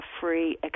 free